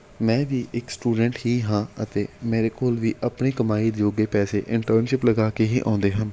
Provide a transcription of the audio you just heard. ਮੈਂ ਵੀ ਇੱਕ ਸਟੂਡੈਂਟ ਹੀ ਹਾਂ ਅਤੇ ਮੇਰੇ ਕੋਲ ਵੀ ਆਪਣੀ ਕਮਾਈ ਜੋਗੇ ਪੈਸੇ ਇੰਟਰਨਸ਼ਿਪ ਲਗਾ ਕੇ ਹੀ ਆਉਂਦੇ ਹਨ